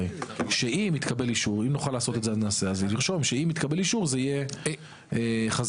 אם יתקבל אישור אז זה יהיה חזקה.